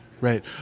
right